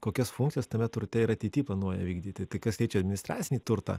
kokias funkcijas tame turte ir ateity planuoja vykdyti tai kas liečia administracinį turtą